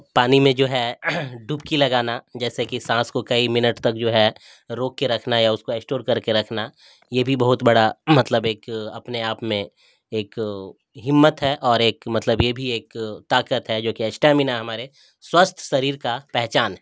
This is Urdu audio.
پانی میں جو ہے ڈبکی لگانا جیسے کہ سانس کو کئی منٹ تک جو ہے روک کے رکھنا یا اس کو اسٹور کر کے رکھنا یہ بھی بہت بڑا مطلب ایک اپنے آپ میں ایک ہمت ہے اور ایک مطلب یہ بھی ایک طاقت ہے جوکہ اسٹیمنا ہمارے سوستھ شریر کا پہچان ہے